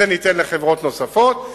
את זה ניתן לחברות נוספות,